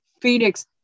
phoenix